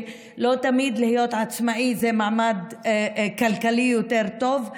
שלא תמיד להיות עצמאי זה מעמד כלכלי יותר טוב,